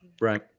right